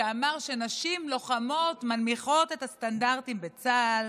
שאמר שנשים לוחמות מנמיכות את הסטנדרטים בצה"ל,